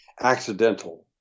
accidental